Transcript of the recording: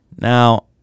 Now